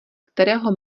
kterého